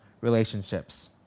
relationships